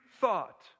thought